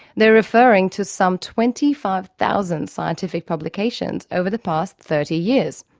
they are referring to some twenty five thousand scientific publications over the past thirty years.